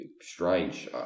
strange